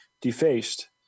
defaced